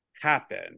happen